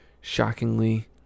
shockingly